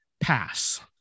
Pass